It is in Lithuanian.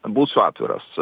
būsiu atviras